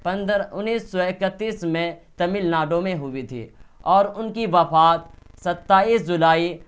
پندرہ انیس سو اکتیس میں تمل ناڈو میں ہوئی تھی اور ان کی وفات ستائیس زولائی